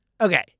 okay